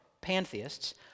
pantheists